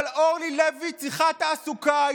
אבל אורלי לוי צריכה תעסוקה.